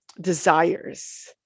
desires